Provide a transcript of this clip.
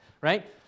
right